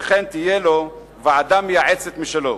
וכן תהיה לו ועדה מייעצת משלו.